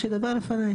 שידבר לפניי.